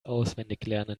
auswendiglernen